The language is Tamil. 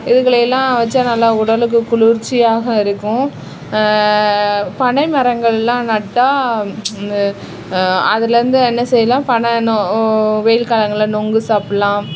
இதுகளை எல்லாம் வைச்சா நல்லா உடலுக்கு குளிர்ச்சியாக இருக்கும் பனை மரங்களெலாம் நட்டால் இந்த அதிலருந்து என்ன செய்லாம் பன நு வெயில் காலங்களில் நுங்கு சாப்பிட்லாம்